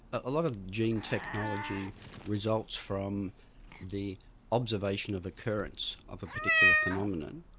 a lot of gene technology results from the observation of occurrence of a particular phenomenon,